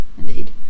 indeed